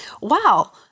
wow